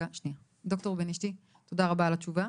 ד"ר בנישתי, תודה רבה על התשובה.